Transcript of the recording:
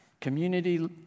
Community